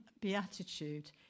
beatitude